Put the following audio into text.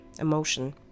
emotion